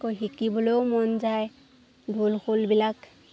আকৌ শিকিবলৈও মন যায় ঢোল খোলবিলাক